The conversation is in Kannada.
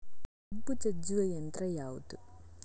ಕಬ್ಬು ಜಜ್ಜುವ ಯಂತ್ರ ಯಾವುದು?